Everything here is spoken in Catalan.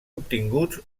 obtinguts